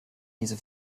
diese